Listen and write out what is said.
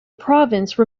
province